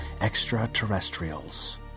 extraterrestrials